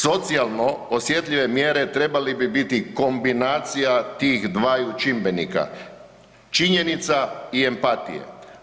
Socijalno osjetljive mjere trebali bi biti kombinacija tih dvaju čimbenika, činjenica i empatije.